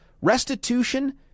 Restitution